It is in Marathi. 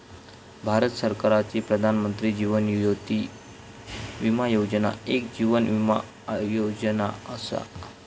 भारत सरकारची प्रधानमंत्री जीवन ज्योती विमा योजना एक जीवन विमा योजना असा